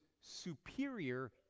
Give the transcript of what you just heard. superior